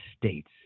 States